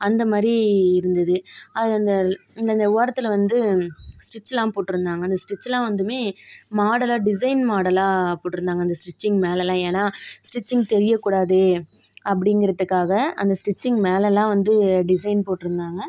அந்த மாதிரி இருந்தது அது அந்த அந்த ஓரத்தில் வந்து ஸ்டிச்லாம் போட்டிருந்தாங்க அந்த ஸ்டிச்லாம் வந்ததும் மாடலாக டிசைன் மாடலாக போட்டிருந்தாங்க அந்த ஸ்டிச்சிங் மேலல்லாம் ஏன்னா ஸ்டிச்சிங் தெரிய கூடாது அப்படிங்கறத்துக்காக அந்த ஸ்டிச்சிங் மேலலாம் வந்து டிசைன் போட்டிருந்தாங்க